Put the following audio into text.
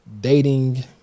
dating